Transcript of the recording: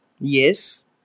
Yes